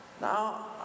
Now